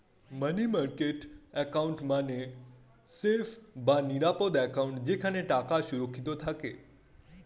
মানি market account মানে safe বা নিরাপদ অ্যাকাউন্ট যেখানে টাকা সুরক্ষিত থাকে